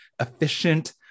efficient